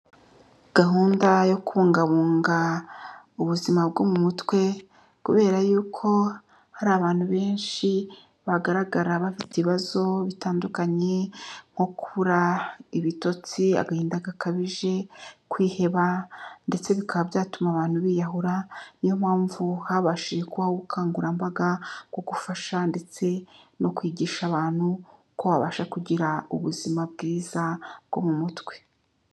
Gahunda yo kubungabunga ubuzima bwo mu mutwe kubera yuko hari abantu benshi bagaragara bafite ibibazo bitandukanye nko kubura ibitotsi, agahinda gakabije, kwiheba ndetse bikaba byatuma abantu biyahura, niyo mpamvu habashije kubaho ubukangurambaga bwo kugufasha ndetse no kwigisha abantu uko babasha kugira ubuzima bwiza bwo mu mutwe.